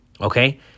okay